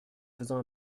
faisant